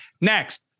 next